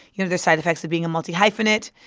you know, there's side effects of being a multihyphenate,